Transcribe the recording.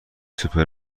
سوپر